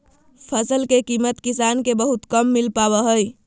फसल के कीमत किसान के बहुत कम मिल पावा हइ